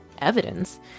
evidence